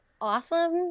awesome